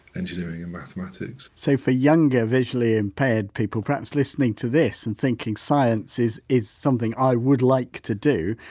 engineering and mathematics so, for younger visually impaired people, perhaps listening to this and thinking science is is something i would like to do,